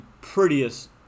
prettiest